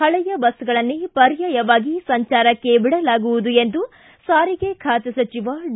ಹಳೆಯ ಬಸ್ ಗಳನ್ನೇ ಪರ್ಯಾಯವಾಗಿ ಸಂಚಾರಕ್ಕೆ ಬಿಡಲಾಗುವುದು ಎಂದು ಸಾರಿಗೆ ಖಾತೆ ಸಚಿವ ಡಿ